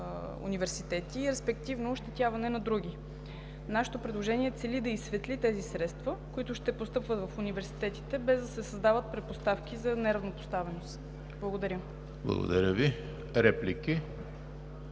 университети и респективно ощетяване на други. Нашето предложение цели да изсветли тези средства, които ще постъпват в университетите, без да се създават предпоставки за неравнопоставеност. Благодаря. ПРЕДСЕДАТЕЛ ЕМИЛ